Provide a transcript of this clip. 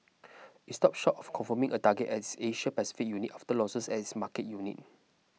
it stopped short of confirming a target its Asia Pacific unit after losses as markets unit